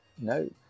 no